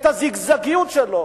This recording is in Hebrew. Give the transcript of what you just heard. את הזיגזגיות שלו,